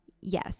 Yes